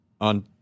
on